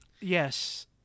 Yes